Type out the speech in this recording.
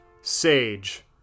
sage